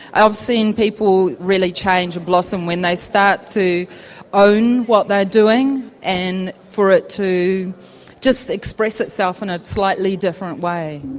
i've seen people really change and blossom when they start to own what they are doing and for it to just express itself in a slightly different way.